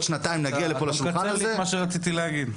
שנתיים נגיע לפה לשולחן הזה --- אתה אומר מה שרציתי להגיד.